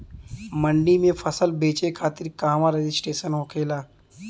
मंडी में फसल बेचे खातिर कहवा रजिस्ट्रेशन होखेला?